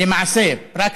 למעשה, practic,